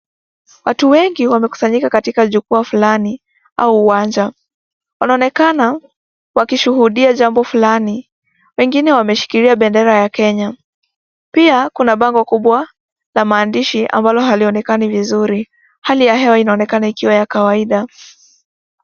Watu wengi wamekusanyika katika jukwaa fulani au uwanja, wanaonekana wakishuhudia jambo fulani wengine wameshikilia bendera ya Kenya. Pia kuna bango kubwa la maandishi ambalo alionekani vizuri. Hali ya hewa inaonekana ikiwa ya kawaida .